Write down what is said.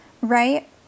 Right